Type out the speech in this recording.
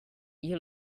you